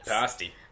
Pasty